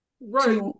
Right